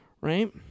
Right